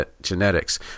genetics